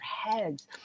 heads